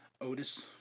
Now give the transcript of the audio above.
Otis